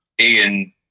Ian